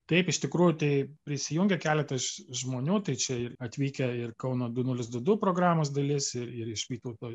taip iš tikrųjų tai prisijungė keletas žmonių tai čia ir atvykę ir kauno du nulis du du programos dalis ir ir iš vytauto